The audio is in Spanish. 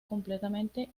completamente